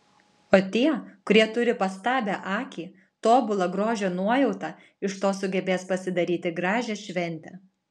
o tie kurie turi pastabią akį tobulą grožio nuojautą iš to sugebės pasidaryti gražią šventę